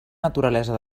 naturalesa